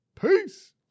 Peace